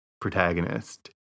protagonist